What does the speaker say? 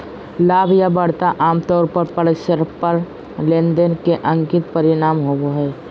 लाभ या बढ़त आमतौर पर परस्पर लेनदेन के अंतिम परिणाम होबो हय